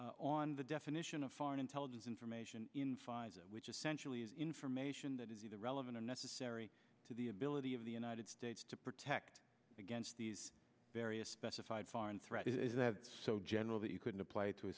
subpoena on the definition of foreign intelligence information in five which essentially is information that is either relevant or necessary to the ability of the united states to protect against these various specified foreign threat is that so general that you couldn't apply to a